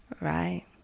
Right